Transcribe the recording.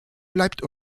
bleibt